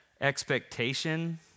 expectation